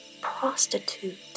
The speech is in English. prostitute